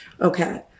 Okay